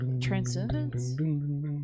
Transcendence